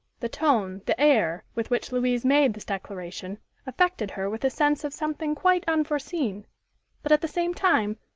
the tone, the air, with which louise made this declaration affected her with a sense of something quite unforeseen but, at the same time,